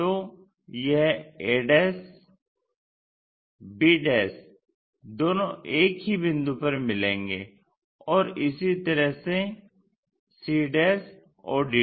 तो यह a b दोनों एक ही बिंदु पर मिलेंगे और इसी तरह से c और dभी